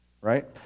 right